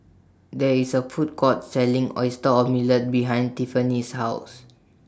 There IS A Food Court Selling Oyster Omelette behind Tiffanie's House